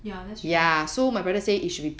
ya that's true